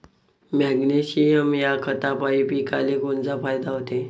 Magnesium ह्या खतापायी पिकाले कोनचा फायदा होते?